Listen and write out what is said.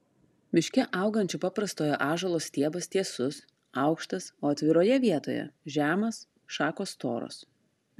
miške augančio paprastojo ąžuolo stiebas tiesus aukštas o atviroje vietoje žemas šakos storos